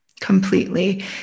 completely